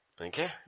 Okay